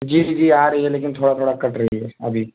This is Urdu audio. جی جی آ رہی ہے لیکن تھورا تھوڑا کٹ رہی ہے ابھی